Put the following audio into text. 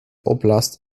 oblast